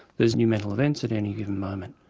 there's new mental events at any given moment.